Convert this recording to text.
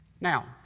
Now